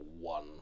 one